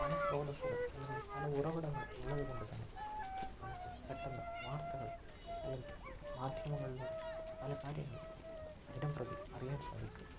പല സ്രോതസ്സുകൾ അല്ലെങ്കിൽ പല ഉറവിടങ്ങൾ ഉള്ളതുകൊണ്ട് തന്നെ നമുക്ക് പെട്ടെന്ന് വാർത്തകൾ അല്ലെങ്കിൽ മാധ്യമങ്ങളിലൂടെ പല കാര്യങ്ങളും ദിനംപ്രതി അറിയാൻ സാധിക്കും